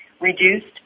reduced